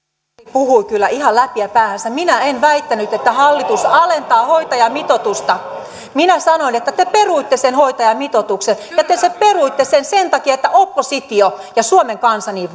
puhuu kyllä ihan läpiä päähänsä minä en väittänyt että hallitus alentaa hoitajamitoitusta minä sanoin että te peruitte sen hoitajamitoituksen ja te peruitte sen sen takia että oppositio ja suomen kansa niin